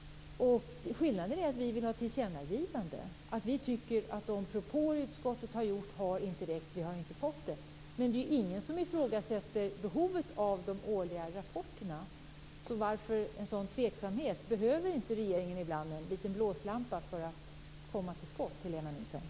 Skillnaden är att vi vill ha ett tillkännagivande. Vi tycker att de propåer utskottet har gjort inte har räckt. Vi har inte fått det. Men det är ingen som ifrågasätter behovet av de årliga rapporterna. Varför en sådan tveksamhet? Behöver inte regeringen ibland en liten blåslampa för att komma till skott, Helena Nilsson?